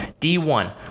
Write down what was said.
D1